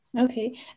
Okay